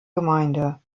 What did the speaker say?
gemeinde